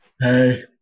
Hey